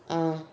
ah